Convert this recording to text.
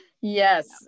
Yes